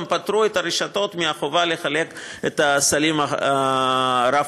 גם פטרו את הרשתות מהחובה לחלק את הסלים הרב-פעמיים.